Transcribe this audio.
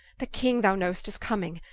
the king thou know'st is comming,